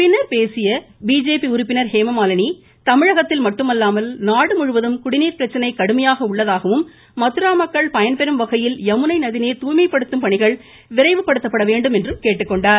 பின்னர் பேசிய பிஜேபி உறுப்பினர் ஹேமமாலினி தமிழகத்தில் மட்டும் அல்லாமல் நாடு முழுவதும் குடிநீர் பிரச்சனை கடுமையாக உள்ளதாகவும் மதுரா மக்கள் பயன்பெறும் வகையில் யமுனை நதிநீர் துாய்மைப்படுத்தும் பணிகள் விரைவுபடுத்தப்பட வேண்டும் என்றும் கேட்டுக்கொண்டார்